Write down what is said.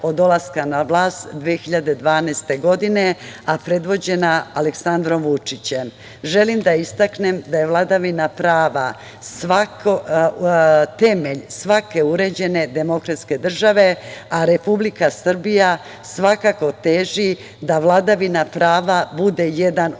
od dolaska na vlast 2012. godine, a predvođena Aleksandrom Vučićem. Želim da istaknem da je vladavina prava temelj svake uređene demokratske države, a Republika Srbija svakako teži da vladavina prava bude jedan od